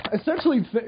essentially